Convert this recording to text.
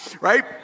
right